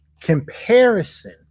Comparison